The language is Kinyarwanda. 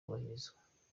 kubahirizwa